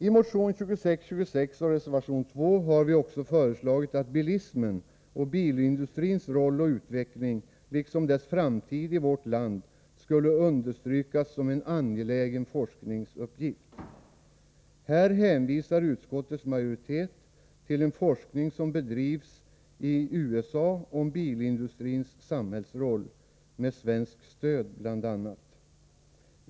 I motion 2626 och i reservation 2 har vi också föreslagit att bilismen och bilindustrins roll och utveckling, liksom dess framtid i vårt land, skulle understrykas som en angelägen forskningsuppgift. Här hänvisar utskottets majoritet till en forskning om bilindustrins samhällsroll som bedrivs i USA, med bl.a. svenskt stöd.